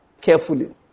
carefully